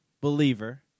believer